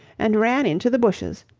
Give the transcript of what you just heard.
and ran into the bushes,